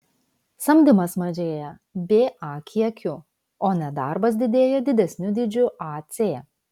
samdymas mažėja ba kiekiu o nedarbas didėja didesniu dydžiu ac